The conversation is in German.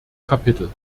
kapitel